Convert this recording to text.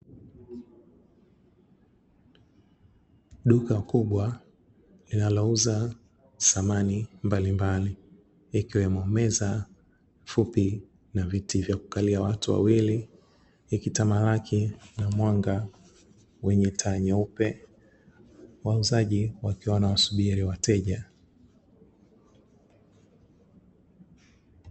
Duka kubwa linalouza samani mbalimbali ikiwemo meza fupi na viti vya kukalia watu wawili, ikitamalaki na mwanga wenye taa nyeupe. Wauzaji wakiwa wanawasubiri wateja.